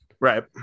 Right